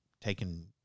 taken